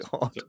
God